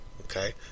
Okay